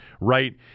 right